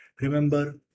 Remember